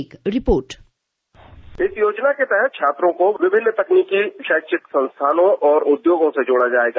एक रिपोर्ट इस योजना के तहत छात्रों को विभिन्न तकनीकी शैक्षिक संस्थानों और उद्योगों से जोड़ा जायेगा